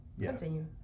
Continue